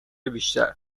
بیشتر